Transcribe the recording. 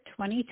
2020